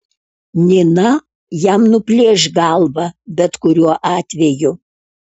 nina jam nuplėš galvą bet kuriuo atveju